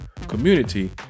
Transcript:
community